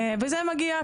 וזה מגיע,